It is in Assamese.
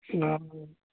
অঁ